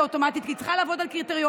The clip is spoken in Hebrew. אוטומטית כי היא צריכה לעמוד בקריטריונים.